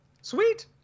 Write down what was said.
Sweet